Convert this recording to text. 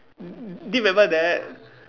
do you remember that